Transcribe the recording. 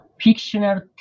fictional